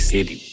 City